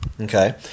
Okay